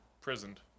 prisoned